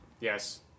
Yes